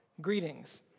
Greetings